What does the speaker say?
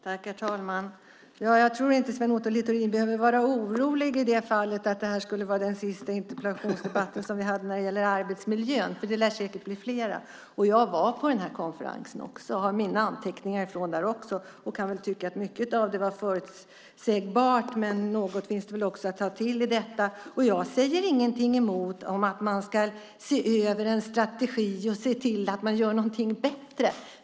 Herr talman! Jag tror inte att Sven Otto Littorin behöver vara orolig för att det skulle vara den sista interpellationsdebatten om arbetsmiljön. Det lär säkert bli flera. Jag var på den konferensen och har mina anteckningar därifrån och kan tycka att mycket av det var förutsägbart, men något finns det väl också att ta till i det. Jag säger inte emot att man ska se över en strategi och se till att göra någonting bättre.